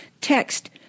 Text